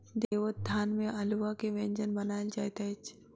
देवोत्थान में अल्हुआ के व्यंजन बनायल जाइत अछि